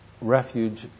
refuge